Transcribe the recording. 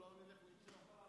אנחנו לא נלך לישון.